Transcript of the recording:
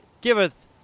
giveth